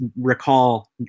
recall